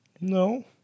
No